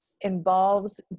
involves